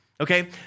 Okay